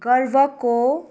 गर्वको